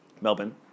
Melbourne